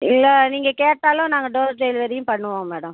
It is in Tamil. இல்லை நீங்கள் கேட்டாலும் நாங்கள் டோர் டெலிவரியும் பண்ணுவோம் மேடம்